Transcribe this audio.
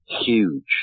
huge